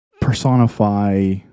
personify